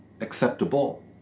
acceptable